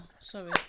sorry